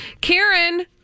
Karen